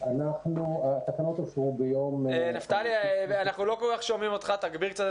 התקנות אושרו ביום חמישי, הרבה לא הצליחו להתארגן